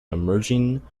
emerging